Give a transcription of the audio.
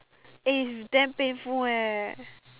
eh it's damn painful eh